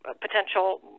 potential